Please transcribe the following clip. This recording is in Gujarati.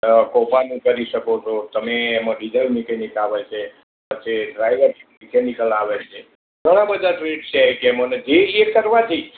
અ કોપાનું કરી શકો છો તમે એમાં ડીઝલ મિકેનિક આવે છે પછી ડ્રાઈવર મિકેનીકલ આવે છે ઘણા બધાં ટ્રીક્સ છે કે મને જે એકાદમાંથી